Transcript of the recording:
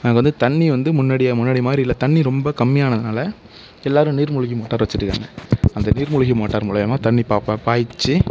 அங்கே வந்து தண்ணி வந்து முன்னாடி முன்னாடி மாதிரி இல்லை தண்ணி வந்து ரொம்ப கம்மியானதுனால் எல்லாரும் நீர்மூழ்கி மோட்டார் வச்சுருக்காங்க அந்த நீர்மூழ்கி மோட்டார் மூலமா தண்ணி பாய்ச்சி